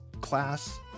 class